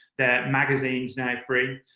their magazine's now free.